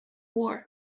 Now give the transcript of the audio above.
war